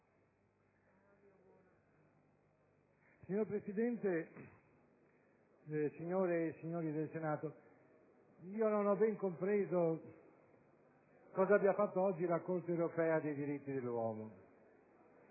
Signor Presidente, signore e signori del Senato, non ho ben compreso che cosa abbia fatto oggi la Corte europea dei diritti dell'uomo.